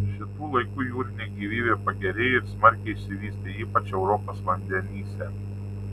šitų laikų jūrinė gyvybė pagerėjo ir smarkiai išsivystė ypač europos vandenyse